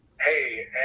hey